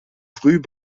früh